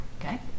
Okay